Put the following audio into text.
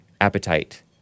appetite